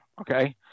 Okay